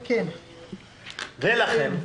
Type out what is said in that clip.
ולכן,